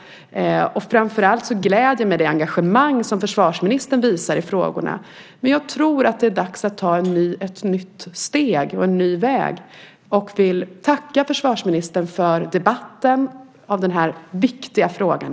Framför allt gläder mig det engagemang som försvarsministern visar i frågorna. Men jag tror att det är dags att ta ett nytt steg och en ny väg. Jag vill tacka försvarsministern för debatten om den här viktiga frågan.